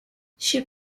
she